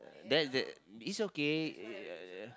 that that it's okay uh